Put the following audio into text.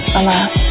alas